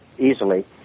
Easily